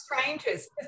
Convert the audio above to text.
strangers